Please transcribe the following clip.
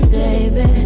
baby